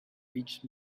reached